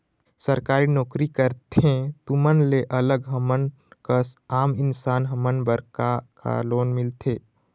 सरकारी नोकरी करथे तुमन ले अलग हमर कस आम इंसान हमन बर का का लोन मिलथे?